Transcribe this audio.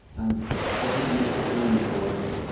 and then we put language around it.